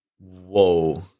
whoa